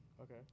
Okay